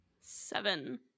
Seven